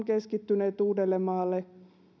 keskittyneet uudellemaalle